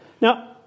Now